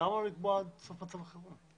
למה לא לקבוע את התאריך הזה כאן?